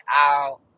out